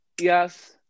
Yes